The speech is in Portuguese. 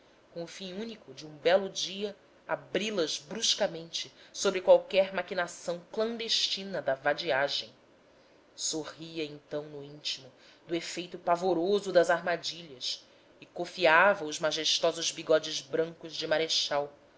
com o fim único de um belo dia abri las bruscamente sobre qualquer maquinação clandestina da vadiagem sorria então no intimo do efeito pavoroso das armadilhas e cofiava os majestosos bigodes brancos de marechal